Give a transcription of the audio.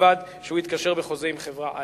ובלבד שהוא התקשר בחוזה עם חברה א'.